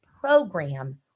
program